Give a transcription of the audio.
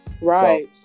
Right